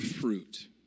fruit